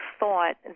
thought